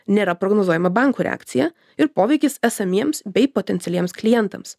nėra prognozuojama bankų reakcija ir poveikis esamiems bei potencialiems klientams